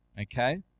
Okay